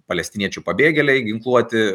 palestiniečių pabėgėliai ginkluoti